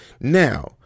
now